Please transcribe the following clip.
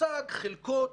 הוצג חלקו,